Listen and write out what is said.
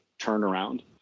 turnaround